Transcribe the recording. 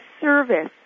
service